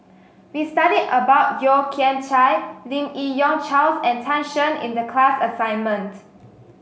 we studied about Yeo Kian Chai Lim Yi Yong Charles and Tan Shen in the class assignment